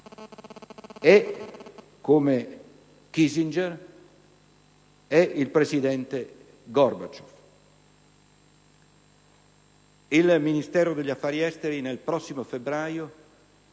come Kissinger, e il presidente Gorbaciov.